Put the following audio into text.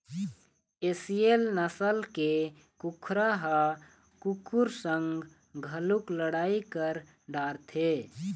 एसील नसल के कुकरा ह कुकुर संग घलोक लड़ई कर डारथे